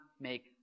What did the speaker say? make